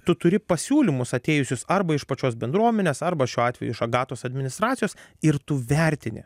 tu turi pasiūlymus atėjusius arba iš pačios bendruomenės arba šiuo atveju iš agatos administracijos ir tu vertini